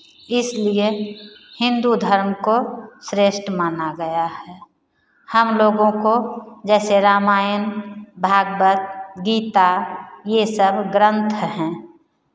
इसलिए हिन्दू धर्म को श्रेष्ठ माना गया है हम लोगों को जैसे रामायण भागवत गीता ये सब ग्रंथ हैं